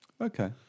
Okay